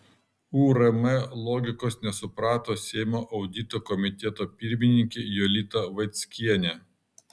urm logikos nesuprato seimo audito komiteto pirmininkė jolita vaickienė